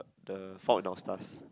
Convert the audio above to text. the Fault in Our Stars